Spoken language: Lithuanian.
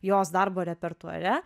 jos darbo repertuare